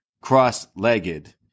cross-legged